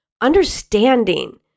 understanding